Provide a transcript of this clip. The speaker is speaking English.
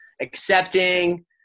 accepting